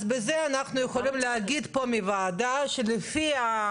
אז בזה אנחנו יכולים להגיד פה בוועדה --- שיבואו,